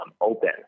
open